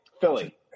Philly